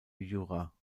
jura